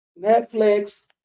Netflix